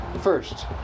first